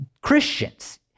Christians